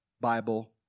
Bible